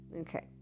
Okay